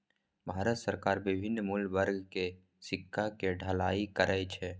भारत सरकार विभिन्न मूल्य वर्ग के सिक्का के ढलाइ करै छै